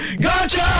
Gotcha